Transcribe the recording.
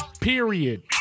Period